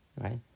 right